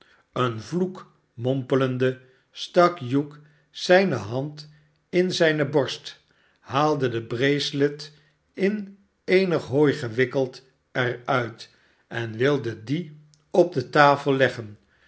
een vloek mompelende stak hugh zijne hand in zijne borst haalde de bracelet in eenig hooi gewikkeld er uit en wilde die op de tafel leggen